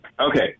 Okay